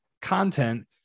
content